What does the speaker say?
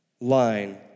line